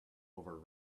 over